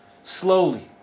Slowly